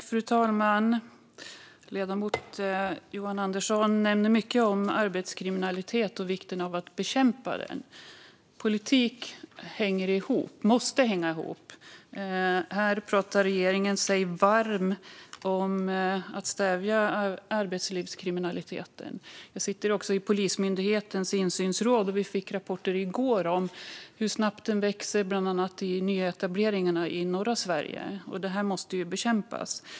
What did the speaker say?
Fru talman! Ledamoten Johan Andersson nämner mycket om arbetslivskriminalitet och vikten av att bekämpa den. Politik hänger ihop; den måste hänga ihop. Här pratar regeringen sig varm för att stävja arbetslivskriminaliteten. Jag sitter också i Polismyndighetens insynsråd, och vi fick rapporter i går om hur snabbt denna kriminalitet växer, bland annat i nyetableringarna i norra Sverige. Det här måste bekämpas.